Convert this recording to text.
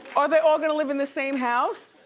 are they all gonna live in the same house?